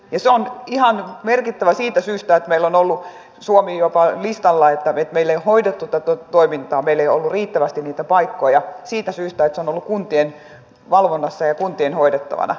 isä on ihan merkittävä siitä syystä ne on ollut suomi jopa listalla jo hoidettu tätä toimintaa summa on riittävästi niitä paikkoja siitä syystä että valiokuntien valvonnassa ja kuntien huikea